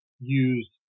use